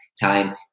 time